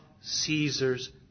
Caesar's